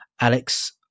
Alex